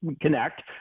connect